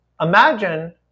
imagine